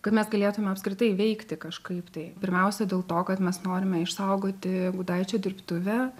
kad mes galėtume apskritai veikti kažkaip tai pirmiausia dėl to kad mes norime išsaugoti gudaičio dirbtuvę